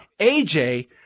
AJ